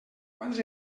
quants